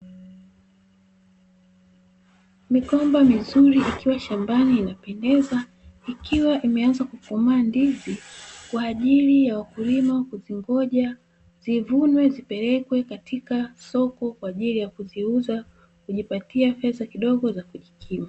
Migomba mizuri ikiwa shambani inapendeza ikiwa imeanza kukomaa ndizi kwa ajili ya wakulima kuzingoja, zivunwe zipelekwe katika soko kwa ajili ya kuziuza kujipatia fedha kidogo za kujikimu.